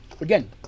Again